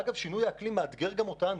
ואגב, שינוי האקלים מאתגר גם אותנו.